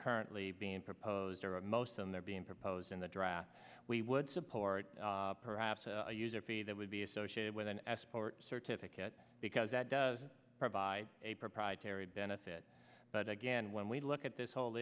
currently being proposed most and they're being proposed in the draft we would support perhaps a user fee that would be associated with an export certificate because that does provide a proprietary benefit but again when we look at this whole